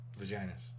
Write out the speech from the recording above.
Vaginas